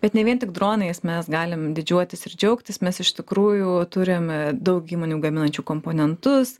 bet ne vien tik dronais mes galim didžiuotis ir džiaugtis mes iš tikrųjų turim daug įmonių gaminančių komponentus